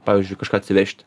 pavyzdžiui kažką atsivežti